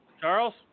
Charles